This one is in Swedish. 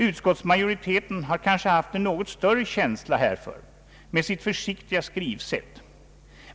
Utskottsmajoriteten har kanske haft en något större känsla härför med sitt försiktiga skrivsätt.